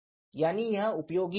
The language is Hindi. यानी यह उपयोगी नहीं है